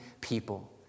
people